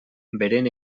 beren